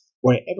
wherever